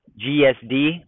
GSD